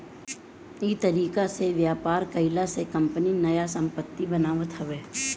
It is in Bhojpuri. इ तरीका से व्यापार कईला से कंपनी नया संपत्ति बनावत हवे